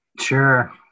Sure